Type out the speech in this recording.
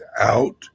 out